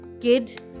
kid